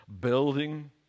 building